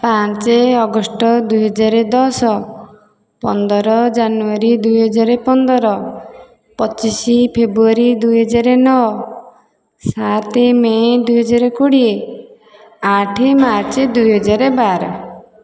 ପାଞ୍ଚ ଅଗଷ୍ଟ ଦୁଇ ହଜାର ଦଶ ପନ୍ଦର ଜାନୁଆରୀ ଦୁଇ ହଜାର ପନ୍ଦର ପଚିଶ ଫେବୃଆରୀ ଦୁଇ ହଜାର ନଅ ସାତ ମେ ଦୁଇ ହଜାର କୋଡ଼ିଏ ଆଠ ମାର୍ଚ୍ଚ ଦୁଇ ହଜାର ବାର